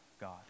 God